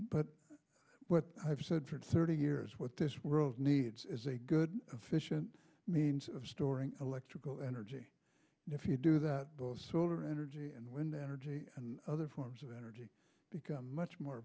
but what i've said for thirty years what this world needs is a good efficient means of storing electrical energy and if you do that solar energy and when the energy and other forms of energy become much more